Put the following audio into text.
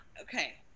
okay